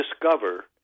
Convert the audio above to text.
discover